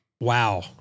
wow